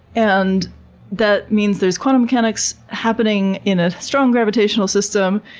and that means there's quantum mechanics happening in a strong gravitational system.